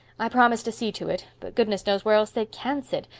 i promised to see to it but goodness knows where else they can sit,